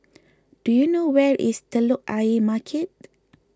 do you know where is Telok Ayer Market